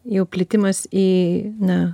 jai plitimas į na